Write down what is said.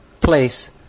place